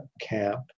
camp